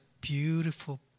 beautiful